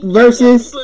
versus